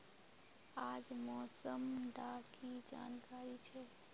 आज मौसम डा की जानकारी छै?